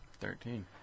Thirteen